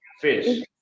fish